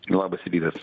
labas rytas